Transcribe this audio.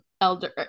elder